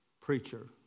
preacher